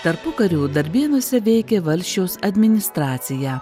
tarpukariu darbėnuose veikė valsčiaus administracija